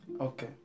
Okay